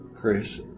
Chris